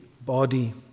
body